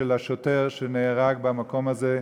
של השוטר שנהרג במקום הזה.